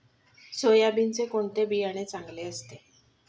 सोयाबीनचे कोणते बियाणे चांगले असते?